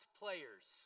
players